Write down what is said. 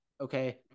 okay